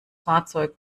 fahrzeug